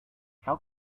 how